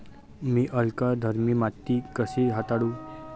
मी अल्कधर्मी माती कशी हाताळू?